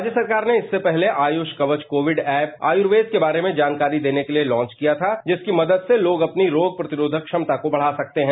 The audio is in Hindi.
राज्य सरकार ने इससे पहले आयुष कवच कोविड ऐप आयुर्वेद के बारे में जानकारी देने के लिए लॉन्च किया था जिसकी मदद से लोग अपनी रोग प्रतिरोधक क्षमता को बढ़ा सकते हैं